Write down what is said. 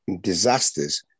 disasters